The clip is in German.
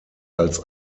als